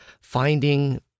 finding